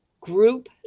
group